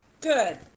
good